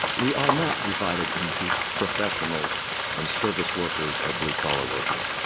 we are not divided into professionals and service workers or blue collar workers.